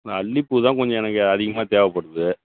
இந்த அல்லிப்பூ தான் கொஞ்சம் எனக்கு அதிகமாக தேவைப்படுது